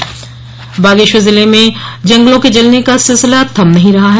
वनाग्नि बागेश्वर जिले में जंगलों के जलने का सिलसिला थम नहीं रहा है